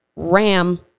ram